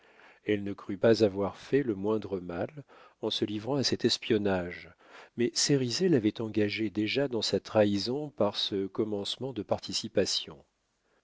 elle ne crut pas avoir fait le moindre mal en se livrant à cet espionnage mais cérizet l'avait engagée déjà dans sa trahison par ce commencement de participation